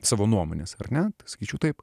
savo nuomonės ar net sakyčiau taip